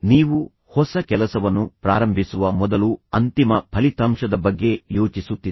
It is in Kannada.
ನೀವು ಹೊಸ ಕೆಲಸವನ್ನು ಪ್ರಾರಂಭಿಸುವ ಮೊದಲು ಅಂತಿಮ ಫಲಿತಾಂಶದ ಬಗ್ಗೆ ಯೋಚಿಸುತ್ತಿದೆ